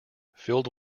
filled